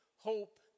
hope